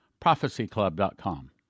ProphecyClub.com